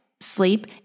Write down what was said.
sleep